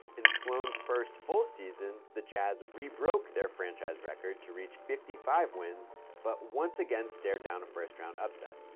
in sloan's first full season, the jazz rebroke their franchise record to reach fifty five wins but once again stared down a first round upset.